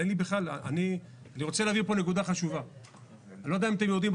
אני לא יודע אם אתם יודעים,